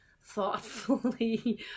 thoughtfully